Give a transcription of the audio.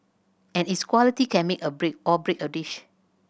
and its quality can make or break or break a dish